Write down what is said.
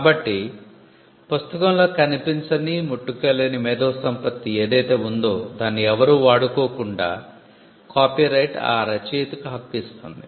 కాబట్టి పుస్తకంలో కనిపించని ముట్టుకోలేని మేధోసంపత్తి ఏదైతే ఉందో దాన్ని ఎవరూ వాడుకోకుండా కాపీరైట్ ఆ రచయితకు హక్కు ఇస్తుంది